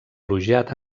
elogiat